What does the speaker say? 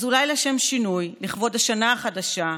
אז אולי לשם שינוי, לכבוד השנה החדשה,